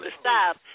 stop